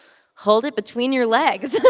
hold it between your legs.